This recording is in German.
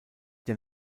der